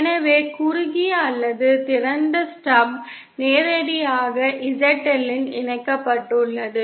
எனவே குறுகிய அல்லது திறந்த ஸ்டப் நேரடியாக Z L இல் இணைக்கப்பட்டுள்ளது